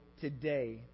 today